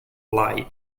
lie